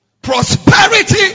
Prosperity